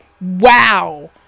wow